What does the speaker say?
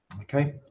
okay